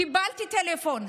קיבלתי טלפון,